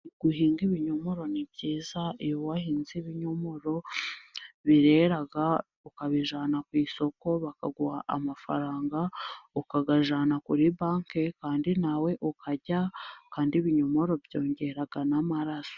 Guhinga ibinyomoro ni byiza, iyo wahinze ibinyomoro birera ukabijyana ku isoko bakaguha amafaranga, ukayajyana kuri banki, kandi nawe ukarya. Ibinyomoro kandi byongera n'amaraso.